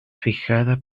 fijada